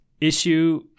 issue